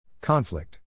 Conflict